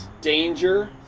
danger